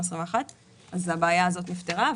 אז הבעיה הזאת נפתרה,